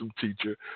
teacher